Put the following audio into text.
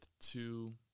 two